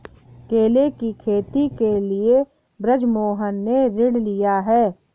केले की खेती के लिए बृजमोहन ने ऋण लिया है